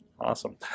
Awesome